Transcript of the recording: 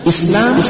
Islam